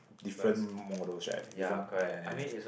different models right different ya ya ya